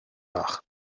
nach